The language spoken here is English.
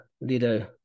Lido